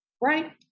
right